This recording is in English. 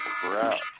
crap